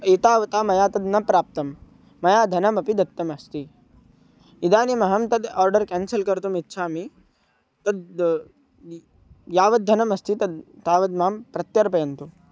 एतावता मया तद् न प्राप्तं मया धनमपि दत्तमस्ति इदानीमहं तद् आर्डर् क्यान्सल् कर्तुम् इच्छामि तद् इ यावद्धनमस्ति तद् तावद् मां प्रत्यर्पयन्तु